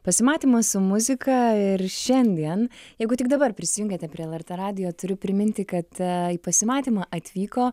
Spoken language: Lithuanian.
pasimatymą su muzika ir šiandien jeigu tik dabar prisijungėte prie lrt radijo turiu priminti kad į pasimatymą atvyko